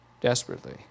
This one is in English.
desperately